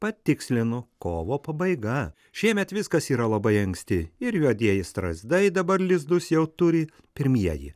patikslinu kovo pabaiga šiemet viskas yra labai anksti ir juodieji strazdai dabar lizdus jau turi pirmieji